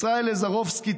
ישראל לזרובסקי,